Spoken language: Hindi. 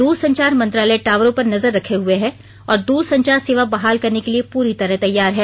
दूरसंचार मंत्रालय टावरों पर नजर रखे हुए है और दूरसंचार सेवा बहाल करने के लिए पूरी तरह तैयार है